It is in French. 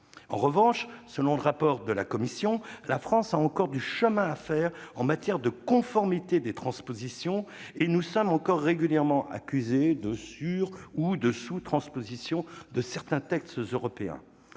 En revanche, selon le rapport de la commission, la France a encore du chemin à faire en matière de conformité des transpositions. De fait, nous sommes encore régulièrement accusés de surtransposer ou de sous-transposer certains textes européens.